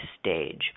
stage